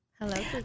Hello